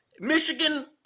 Michigan